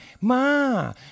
Ma